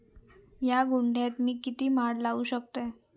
धा गुंठयात मी किती माड लावू शकतय?